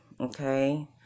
okay